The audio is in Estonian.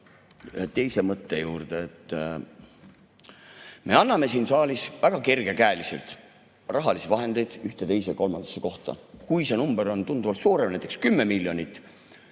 teise mõtte juurde. Me anname siin saalis väga kergekäeliselt rahalisi vahendeid ühte, teise ja kolmandasse kohta. Kui see number on tunduvalt suurem, näiteks 10 miljonit,